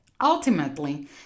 Ultimately